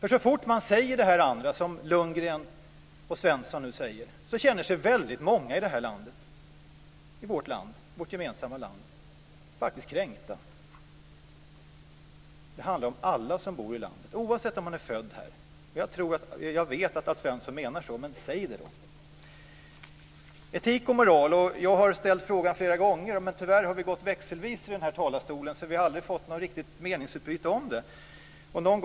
Så snart man säger det som Lundgren och Svensson nu säger känner sig nämligen väldigt många i vårt gemensamma land faktiskt kränkta. Det handlar om alla som bor i landet, oavsett om man är född här eller inte. Jag vet att Alf Svensson menar så, men säg det då! Jag har flera gånger ställt en fråga om etik och moral, men tyvärr har vi varit uppe växelvis i talarstolen och inte fått till stånd något meningsutbyte om den.